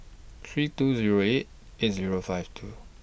three two Zero eight eight Zero five two